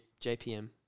JPM